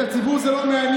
את הציבור זה לא מעניין.